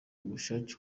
ubushake